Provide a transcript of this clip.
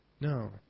No